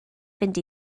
fynd